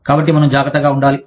కాబట్టి మనం జాగ్రత్తగా ఉండాలి